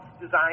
design